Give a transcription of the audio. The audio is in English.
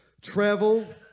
Travel